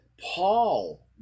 Paul